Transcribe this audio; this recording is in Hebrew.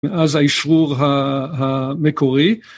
מאז האישרור המקורי.